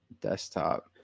desktop